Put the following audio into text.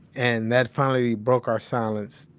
and that finally broke our silence,